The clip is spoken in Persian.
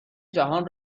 جهان